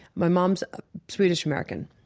my mom's ah swedish-american